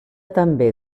també